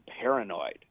paranoid